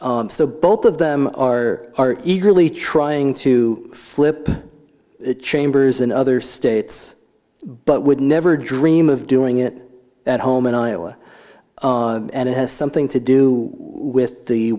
this so both of them are eagerly trying to flip the chambers in other states but would never dream of doing it at home in iowa and it has something to do with the